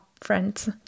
friends